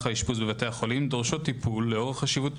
האשפוז בבתי החולים דורשות טיפול לאור החשיבות של